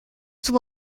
zur